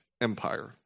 Empire